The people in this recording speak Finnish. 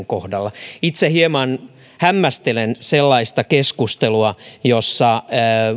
kohdalla itse hieman hämmästelen sellaista keskustelua jossa